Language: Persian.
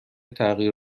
تغییر